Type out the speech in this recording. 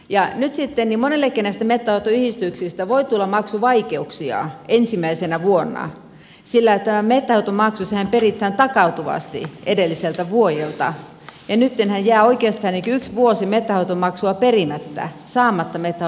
nyt sitten monillekin näistä metsänhoitoyhdistyksistä voi tulla maksuvaikeuksia ensimmäisenä vuonna sen takia että tämä metsänhoitomaksuhan peritään takautuvasti edelliseltä vuodelta ja nyttenhän jää oikeastaan yhdeltä vuodelta metsänhoitomaksu perimättä saamatta metsänhoitoyhdistyksiltä